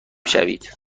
شوید